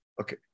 okay